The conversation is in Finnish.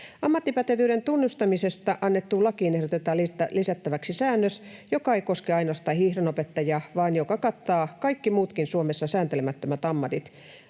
Ammattipätevyyden tunnustamisesta annettuun lakiin ehdotetaan lisättäväksi säännös, joka ei koske ainoastaan hiihdonopettajia vaan joka kattaa kaikki muutkin Suomessa sääntelemättömät ammatit.